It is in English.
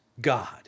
God